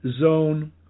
Zone